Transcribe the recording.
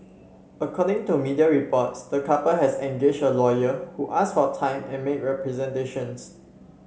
according to media reports the couple has engaged a lawyer who asked for time and make representations